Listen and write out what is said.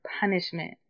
punishment